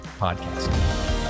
podcast